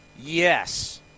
Yes